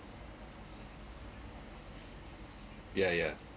yeah yeah